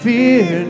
Fear